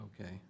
okay